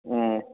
ꯎꯝ